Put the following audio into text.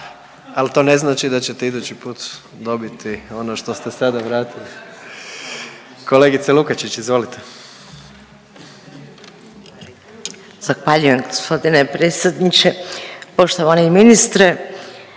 al to ne znači da ćete idući put dobiti ono što ste sada vratili. Kolegice Lukačić izvolite. **Lukačić, Ljubica (HDZ)** Zahvaljujem g. predsjedniče. Poštovani ministre,